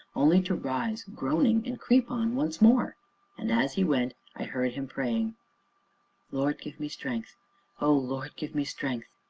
only to rise, groaning, and creep on once more and, as he went, i heard him praying lord, give me strength o lord, give me strength.